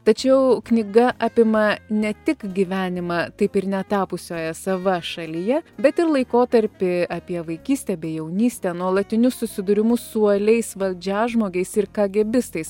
tačiau knyga apima ne tik gyvenimą taip ir netapusioje sava šalyje bet ir laikotarpį apie vaikystę bei jaunystę nuolatinius susidūrimus su uoliais valdžiažmogiais ir kagėbistais